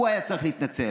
והוא היה צריך להתנצל.